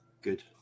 Good